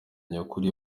nyakuri